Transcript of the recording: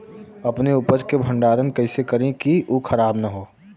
अपने उपज क भंडारन कइसे करीं कि उ खराब न हो?